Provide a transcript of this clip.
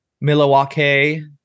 Milwaukee